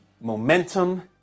momentum